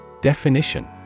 Definition